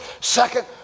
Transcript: second